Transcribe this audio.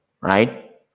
right